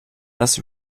das